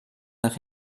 nach